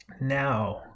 Now